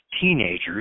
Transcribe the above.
teenagers